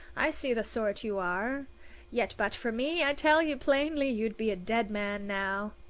i see the sort you are yet but for me, i tell you plainly, you'd be a dead man now.